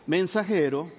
mensajero